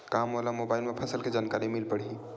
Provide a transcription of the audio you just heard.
का मोला मोबाइल म फसल के जानकारी मिल पढ़ही?